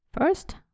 First